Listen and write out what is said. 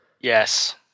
yes